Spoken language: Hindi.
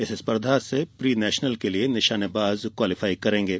इस स्पर्धा से प्री नेशनल के लिए निशानेबाज क्वालीफाई करेंगे